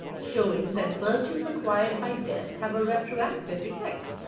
showing that virtues acquired by death have a retroactive effect.